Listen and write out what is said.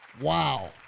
Wow